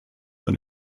eine